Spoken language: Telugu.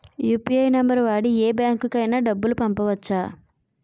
యు.పి.ఐ నంబర్ వాడి యే బ్యాంకుకి అయినా డబ్బులు పంపవచ్చ్చా?